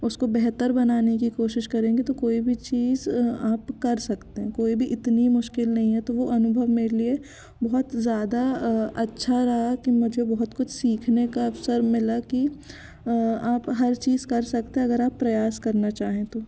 उसको बेहतर बनाने की कोशिश करेंगे तो कोई भी चीज आप कर सकते हैं कोई भी इतनी मुश्किल नहीं है तो वो अनुभव मेरे लिए बहुत ज़्यादा अच्छा रहा कि मुझे बहुत कुछ सिखने का अवसर मिला कि आप हर चीज कर सकते है अगर आप प्रयास करना चाहें तो